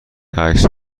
عکس